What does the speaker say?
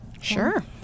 Sure